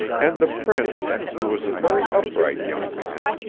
and the prince, who was a very upright young man,